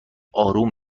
اروم